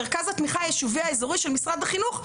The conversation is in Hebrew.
מרכז התמיכה היישובי האזורי של משרד החינוך,